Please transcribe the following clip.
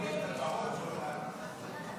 ההסתייגות לא